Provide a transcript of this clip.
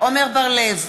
עמר בר-לב,